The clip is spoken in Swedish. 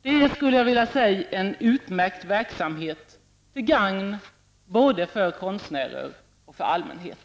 Det är en utmärkt verksamhet till gagn både för konstnärer och för allmänhet.